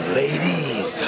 ladies